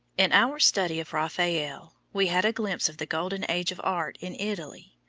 in our study of raphael, we had a glimpse of the golden age of art in italy.